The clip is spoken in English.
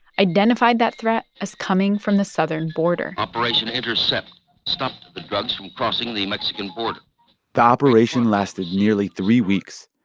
identified that threat as coming from the southern border operation intercept stopped the drugs from crossing the mexican border the operation lasted nearly three weeks.